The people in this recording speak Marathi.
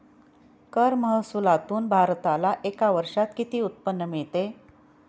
कर महसुलातून भारताला एका वर्षात किती उत्पन्न मिळते?